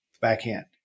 Backhand